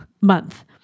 month